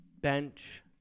bench